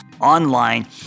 online